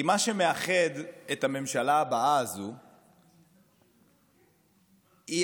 כי מה שמאחד את הממשלה הבאה הזו הוא הקיצוני,